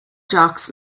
jocks